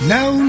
Now